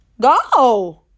Go